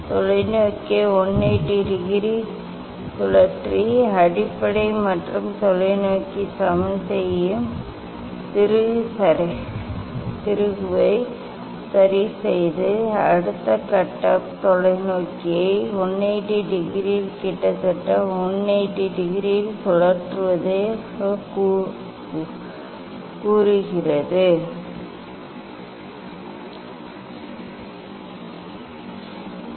பின்னர் தொலைநோக்கியை 180 டிகிரி சுழற்றி அடிப்படை மற்றும் தொலைநோக்கி சமன் செய்யும் திருகு சரிசெய்து அடுத்த கட்டம் தொலைநோக்கியை 180 டிகிரியில் கிட்டத்தட்ட 180 டிகிரியில் சுழற்றுவதாகக் கூறுகிறது நாங்கள் இதை சரியாக 180 டிகிரி செய்ய முடியாது பின்னர் இதை மீண்டும் இங்கே வைக்கவும்